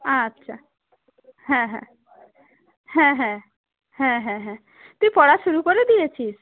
আচ্ছা হ্যাঁ হ্যাঁ হ্যাঁ হ্যাঁ হ্যাঁ হ্যাঁ হ্যাঁ তুই পড়া শুরু করে দিয়েছিস